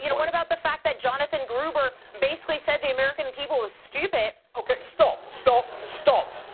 you know what about the fact that jonathan gruber basically said the american people were stupid? okay, stop, stop, stop,